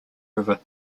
river